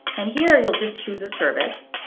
and here, you'll just choose a service,